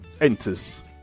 enters